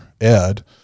Ed